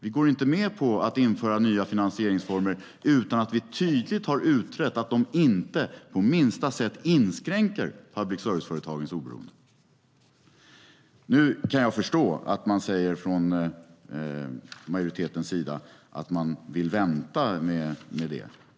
Vi går inte med på att införa nya finansieringsformer utan att vi tydligt har utrett att de inte på minsta sätt inskränker public service-företagens oberoende. Nu kan jag förstå att man säger från majoritetens sida att man vill vänta med det.